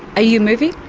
ah you moving?